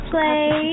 Play